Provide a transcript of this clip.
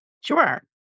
Sure